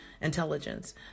intelligence